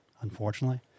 unfortunately